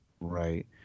Right